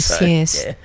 yes